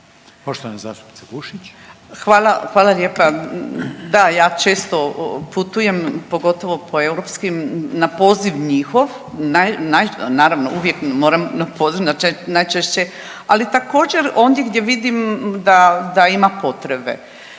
**Bušić, Zdravka (HDZ)** Hvala, hvala lijepa. Da ja često putujem pogotovo po europskim, na poziv njihov, naravno uvijek moram na poziv najčešće, ali također ondje gdje vidim da, da ima potrebe.